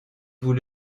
vous